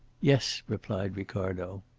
yes, replied ricardo.